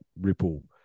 ripple